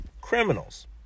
criminals